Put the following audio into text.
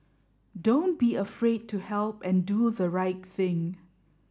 don't be afraid to help and do the right thing